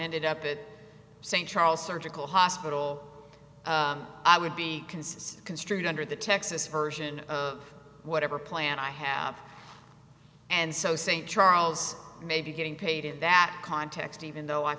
ended up at st charles surgical hospital i would be consistent construed under the texas version of whatever plan i have and so st charles may be getting paid in that context even though i